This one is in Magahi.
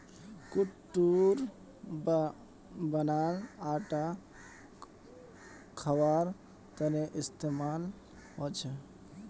कुट्टूर बनाल आटा खवार तने इस्तेमाल होचे